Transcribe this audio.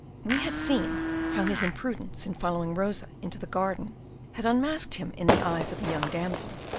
we have seen how his imprudence in following rosa into the garden had unmasked him in the eyes of the young damsel,